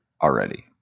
already